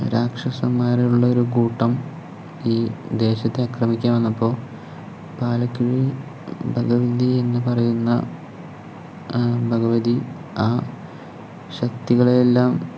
രാക്ഷസന്മാരുകളുടെ ഒരു കൂട്ടം ഈ ദേശത്തെ ആക്രമിക്കുവാൻ വന്നപ്പോൾ പാലക്കിഴി ഭഗവതി എന്ന് പറയുന്ന ആ ഭഗവതി ആ ശക്തികളെയെല്ലാം